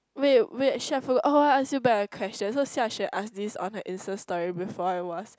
wait wait shuffle oh I ask you back the question so Xia-Xue ask this on her instaStory before I was